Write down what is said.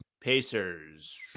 Pacers